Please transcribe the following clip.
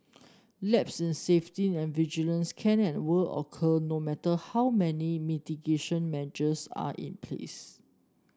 lapses in safety and vigilance can and will occur no matter how many mitigation measures are in place